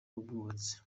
w’ubwubatsi